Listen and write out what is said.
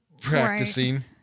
practicing